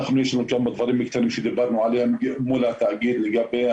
יש לנו כמה דברים שדיברנו עליהם מול התאגיד לגבי